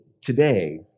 today